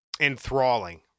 enthralling